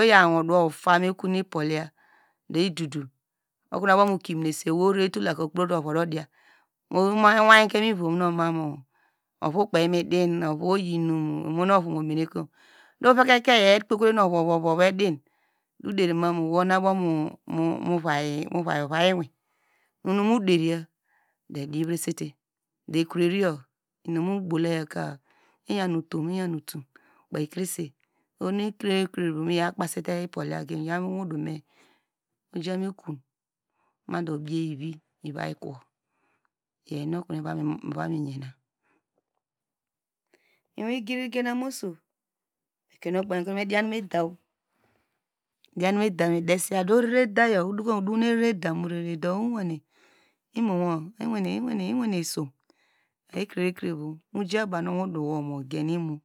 oya owuduwo ofa meku ipohya duidudu, okonu woabokumu kiminise owei oyi okpro te ovu odite mo wake ma mu ovu kpei nu midi oyimum imo ekprokro ovu, ovu edin oderima manu wonu abomu viyi ovaye iwin do ekroriyo inumu bow layoka iyan utum inyan utum, kpekrese ohonu mikpasite ipoliye miyan iwodume mikpase oyo ukunu miya miyene. Miwin igriri genem oso ekrenu ogbanke me dian mu eda midian mu eda midian mu eda me deseye, edayo udokom udonu eye edamurere owane imowo ewane som, ekrevo ekrevo meija baw nu owudu wo mu ja nu emu.